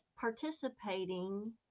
participating